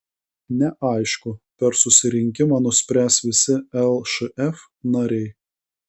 neaišku per susirinkimą nuspręs visi lšf nariai